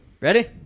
Ready